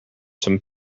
some